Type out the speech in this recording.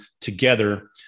together